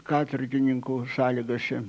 katorgininkų salygose